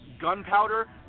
Gunpowder